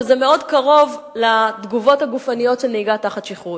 שזה מאוד קרוב לתגובות הגופניות של נהיגה תחת שכרות.